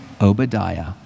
Obadiah